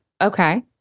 Okay